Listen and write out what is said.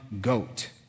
goat